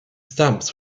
stamps